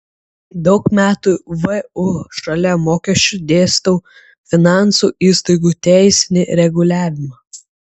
daug metų vu šalia mokesčių dėstau finansų įstaigų teisinį reguliavimą